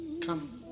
Come